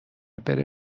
بره